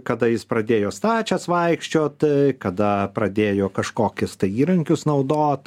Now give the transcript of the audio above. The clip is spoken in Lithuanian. kada jis pradėjo stačias vaikščiot kada pradėjo kažkokius tai įrankius naudot